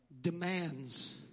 demands